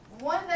one